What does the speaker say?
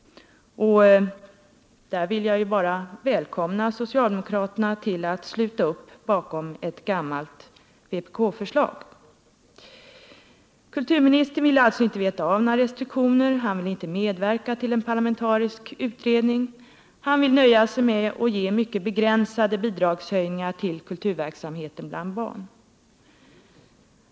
På den punkten vill jag bara välkomna socialdemokraterna till att sluta upp bakom ett gammalt vpk-förslag. Kulturministern vill inte veta av några restriktioner och vill inte medverka till en parlamentarisk utredning av kommersialismens verkningar på kulturen. Han vill nöja sig med mycket begränsade bidragshöjningar till kulturverksamheten bland barn.